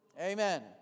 Amen